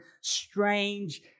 strange